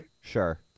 Sure